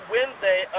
Wednesday